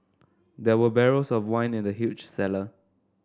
there were barrels of wine in the huge cellar